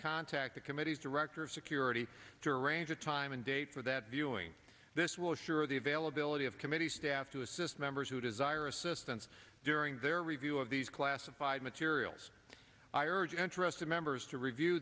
contact the committee's director of security to arrange a time and date for that viewing this will assure the availability of committee staff to assist members who desire assistance during their review of these classified materials i urge interested members to review